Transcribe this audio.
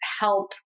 help